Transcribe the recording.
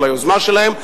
על היוזמה שלהם.